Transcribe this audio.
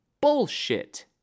bullshit